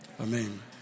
Amen